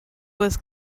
was